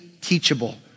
teachable